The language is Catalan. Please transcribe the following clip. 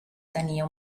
tenia